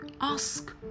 ask